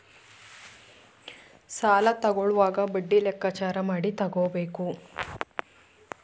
ಸಾಲ ತಕ್ಕೊಳ್ಳೋವಾಗ ಬಡ್ಡಿ ಲೆಕ್ಕಾಚಾರ ಮಾಡಿ ತಕ್ಕೊಬೇಕು